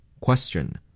Question